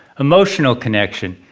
emotional connection,